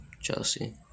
Chelsea